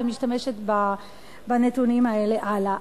ומשתמשת בנתונים האלה הלאה?